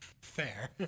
fair